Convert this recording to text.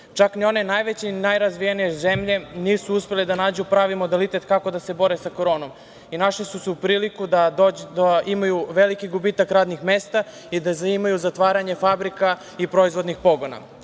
Čak ni one najveće i najrazvijenije zemlje nisu uspele da nađu pravi modalitet kako da se bore sa koronom i našle su se u prilici da imaju veliki gubitak radnih mesta i da imaju zatvaranje fabrika i proizvodnih pogona.Za